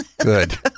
good